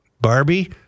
Barbie